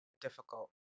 difficult